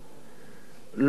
לא לגיטימי,